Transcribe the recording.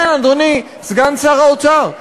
כן, אדוני סגן שר האוצר.